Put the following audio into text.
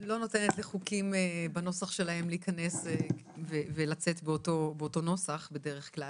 נותנת לחוקים בנוסח שלהם להיכנס ולצאת באותו נוסח בדרך כלל,